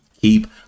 Keep